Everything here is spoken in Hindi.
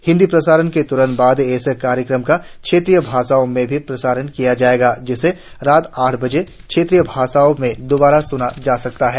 हिन्दी प्रसारण के त्रंत बाद इस कार्यक्रम का क्षेत्रीय भाषाओं में भी प्रसारण किया जाएगा जिसे रात आठ बजे क्षेत्रीय भाषाओं में दोबारा स्ना जा सकता है